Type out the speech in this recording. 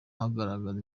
hakagaragara